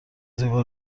زیبا